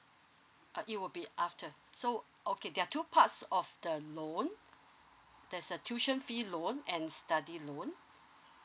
uh it will be after so okay there are two parts of the loan there's a tuition fee loan and study loan